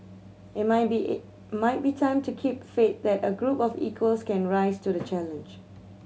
it might be might be time to keep faith that a group of equals can rise to the challenge